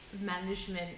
management